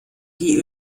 die